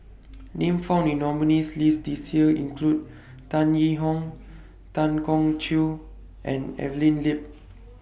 Names found in nominees' list This Year include Tan Yee Hong Tan Keong Choon and Evelyn Lip